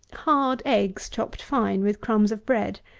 hard eggs chopped fine, with crumbs of bread,